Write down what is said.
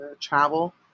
travel